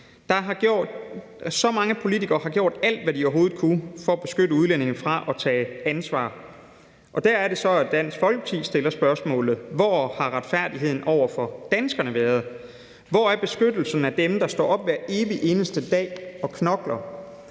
Så mange politikere har gjort alt, hvad de overhovedet har kunnet, for at beskytte udlændinge mod at tage ansvar. Og der er det så, at Dansk Folkeparti stiller spørgsmålet: Hvor har retfærdigheden over for danskerne været? Hvor er beskyttelsen af dem, der står op hver evig eneste dag og knokler?